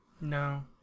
No